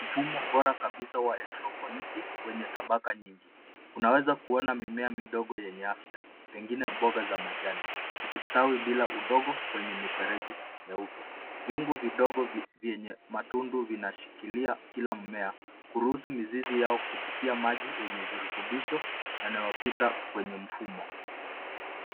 Mfumo bora kabisa wa hidroponiki wenye tabaka nyingi, unaweza kuona mimea midogo yenye afya pengine boga za majani ukistawi bila udongo kwenye mifereji meupe ,viungu vidogo vyenye matundu vinashikilia kila mmea kuruhusu mzizi yao kufikia maji yenye virutubisho yanaopita kwenye mfumo.